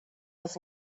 this